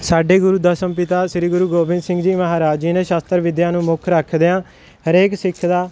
ਸਾਡੇ ਗੁਰੂ ਦਸਮ ਪਿਤਾ ਸ੍ਰੀ ਗੁਰੂ ਗੋਬਿੰਦ ਸਿੰਘ ਜੀ ਮਹਾਰਾਜ ਜੀ ਨੇ ਸ਼ਸਤਰ ਵਿਦਿਆ ਨੂੰ ਮੁੱਖ ਰੱਖਦਿਆਂ ਹਰੇਕ ਸਿੱਖ ਦਾ